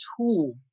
tool